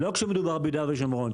לא כשמדובר ביהודה ושומרון.